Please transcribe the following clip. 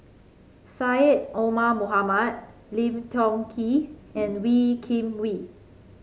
Syed Omar Mohamed Lim Tiong Ghee and Wee Kim Wee